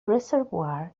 reservoir